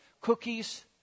cookies